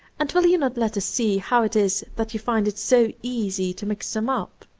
and will you not let us see how it is that you find it so easy to mix them up?